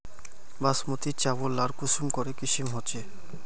बासमती चावल लार कुंसम करे किसम होचए?